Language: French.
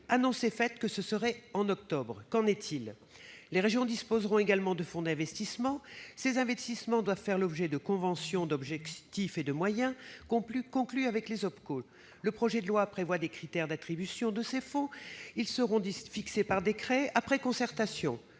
a été faite d'un versement en octobre. Qu'en est-il exactement ? Les régions disposeront également de fonds d'investissement. Ces investissements doivent faire l'objet de conventions d'objectifs et de moyens conclues avec les OPCO. Le projet de loi prévoit que les critères d'attribution de ces fonds seront fixés par décret, après concertation